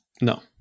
No